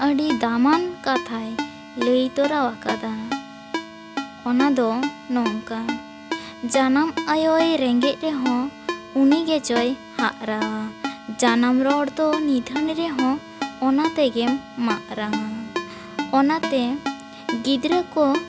ᱟᱹᱰᱤ ᱫᱟᱢᱟᱱ ᱠᱟᱛᱷᱟᱭ ᱞᱟᱹᱭ ᱛᱚᱨᱟᱣ ᱟᱠᱟᱫᱟ ᱚᱱᱟ ᱫᱚ ᱱᱚᱝᱠᱟ ᱡᱟᱱᱟᱢ ᱟᱭᱳᱭ ᱨᱮᱸᱜᱮᱡ ᱨᱮᱦᱚᱸ ᱩᱱᱤ ᱜᱮᱪᱚᱭ ᱦᱟᱜ ᱨᱟᱣᱟ ᱡᱟᱱᱟᱢ ᱨᱚᱲ ᱫᱚ ᱱᱤᱫᱷᱟᱹᱱ ᱨᱮᱦᱚᱸ ᱚᱱᱟ ᱛᱮᱜᱮ ᱢᱟᱜ ᱨᱟᱝᱼᱟ ᱚᱱᱟᱛᱮ ᱜᱤᱫᱽᱨᱟᱹ ᱠᱚ